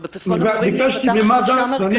ביקשתי ממד"א.